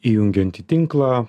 įjungiant į tinklą